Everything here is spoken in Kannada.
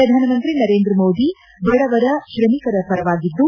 ಪ್ರಧಾನಮಂತ್ರಿ ನರೇಂದ್ರ ಮೋದಿ ಬಡವರ ತ್ರಮಿಕರ ಪರವಾಗಿದ್ದು